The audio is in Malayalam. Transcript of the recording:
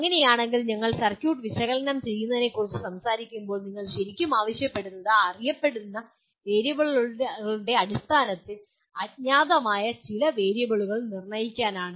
അങ്ങനെയാണെങ്കിൽ എന്താണ് ഞങ്ങൾ സർക്യൂട്ട് വിശകലനം ചെയ്യുന്നതിനെക്കുറിച്ച് സംസാരിക്കുമ്പോൾ നിങ്ങൾ ശരിക്കും ആവശ്യപ്പെടുന്നത് അറിയപ്പെടുന്ന വേരിയബിളുകളുടെ അടിസ്ഥാനത്തിൽ അജ്ഞാതമായ ചില വേരിയബിളുകൾ നിർണ്ണയിക്കാനാണ്